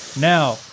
Now